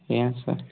ଆଜ୍ଞା ସାର୍